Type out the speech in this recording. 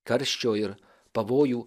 karščio ir pavojų